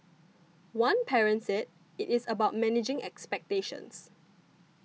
one parent said it is about managing expectations